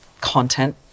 content